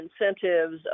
incentives